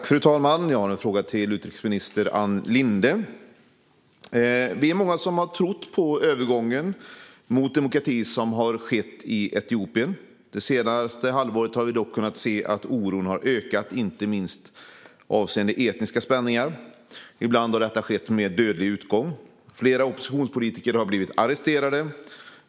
Fru talman! Jag har en fråga till utrikesminister Ann Linde. Vi är många som har trott på den övergång mot demokrati som har skett i Etiopien. Det senaste halvåret har vi dock kunnat se att oron har ökat, inte minst avseende etniska spänningar. Ibland har detta skett med dödlig utgång. Flera oppositionspolitiker har blivit arresterade.